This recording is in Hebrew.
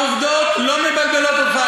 העובדות לא מבלבלות אותך,